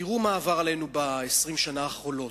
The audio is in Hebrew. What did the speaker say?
תראו מה עבר עלינו ב-20 שנה האחרונות: